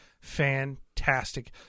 fantastic